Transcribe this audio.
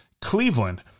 Cleveland